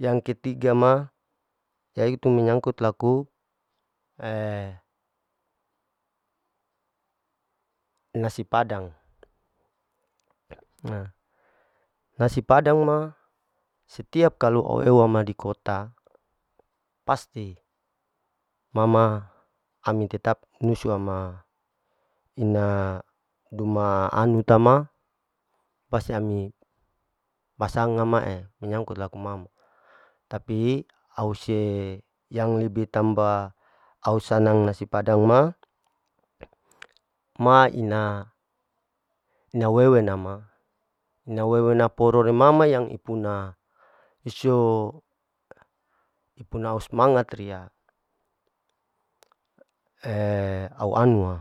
yang ketiga ma yaitu menyangkut laku nasi padang ha nasi padang ma setiap kalu euma di kota pasti ma ma ami tetap nusu wa ma, ina duma anu tama pasti ami pasangan ma e laku menyangkut laku ma u tapi hi au se, yang lebih tambah au sanang nasi padang ma ma ina, ina awewe nama, ina wewe naporo re mama yang ipuna isyo ipuna semangat riya au anu wa.